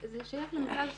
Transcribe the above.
זה שייך למכרז הספציפי.